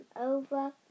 over